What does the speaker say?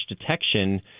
detection